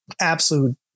absolute